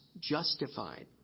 justified